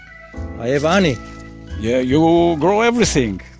i have ah honey yeah, you grow everything!